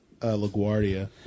LaGuardia